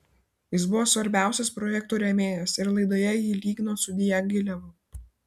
jis buvo svarbiausias projekto rėmėjas ir laidoje jį lygino su diagilevu